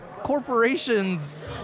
corporations